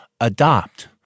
adopt